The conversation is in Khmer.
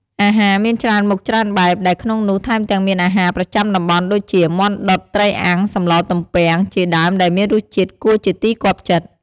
អាហារមានច្រើនមុខច្រើនបែប ដែលក្នុងនោះថែមទាំងមានអាហារប្រចាំតំបន់ដូចជា មាន់ដុត ត្រីអាំង សម្លទំពាំង ជាដើមដែលមានរស់ជាតិគួរជាទីគាប់ចិត្ត។